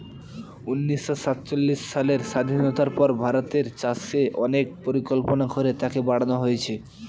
উনিশশো সাতচল্লিশ সালের স্বাধীনতার পর ভারতের চাষে অনেক পরিকল্পনা করে তাকে বাড়নো হয়েছে